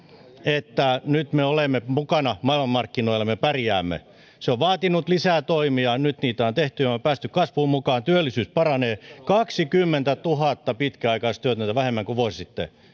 että nyt me olemme mukana maailmanmarkkinoilla me pärjäämme se on vaatinut lisää toimia nyt niitä on tehty me olemme päässeet kasvuun mukaan työllisyys paranee kaksikymmentätuhatta pitkäaikaistyötöntä vähemmän kuin vuosi sitten